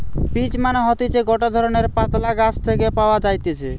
peach মানে হতিছে গটে ধরণের পাতলা গাছ থেকে পাওয়া যাইতেছে